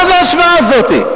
מה זה ההשוואה הזאת?